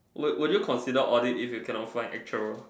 would would you consider audit if you cannot find actual